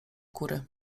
kury